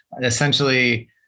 essentially